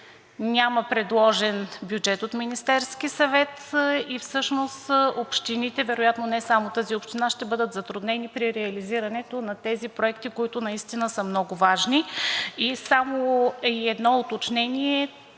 няма предложен бюджет от Министерския съвет и всъщност общините вероятно, не само тази община, ще бъдат затруднени при реализирането на тези проекти, които наистина са много важни. И само едно уточнение.